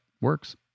works